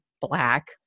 black